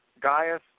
Gaius